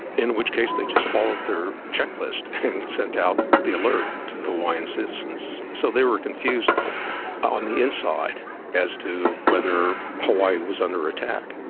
in which case they just followed their checklist and sent out the alert to hawaiian citizens. so they were confused on the inside as to whether hawaii was under attack.